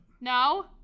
no